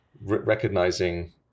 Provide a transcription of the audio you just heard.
recognizing